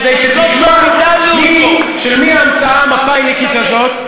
כדי שתשמע של מי ההמצאה המפא"יניקית הזאת.